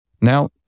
Now